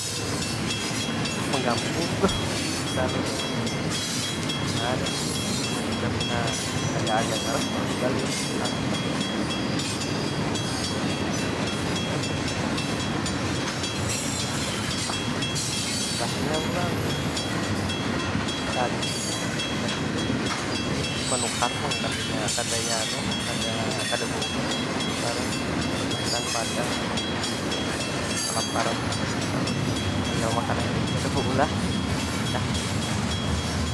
habis tu inya menggampung tu hintalunya. Disanga dahulu, munnya sudah pina agak- agak keras kawa dibalik, dibalik. Dah ai, dah itu hintalu. Makan bekicap, uma dah. Sip dah tu. Mbahnya pulang tadi, tadi tu ulun menukar pang. Kadanya- kadanya, kada beulah tadi. Nukar masakan padang tadi di pinggir jalan, kalaparan dah parut tinggal makan ai lagi kada beulah dah itu.